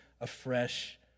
afresh